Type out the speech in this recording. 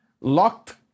locked